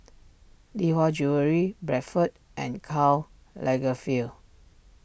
Lee Hwa Jewellery Bradford and Karl Lagerfeld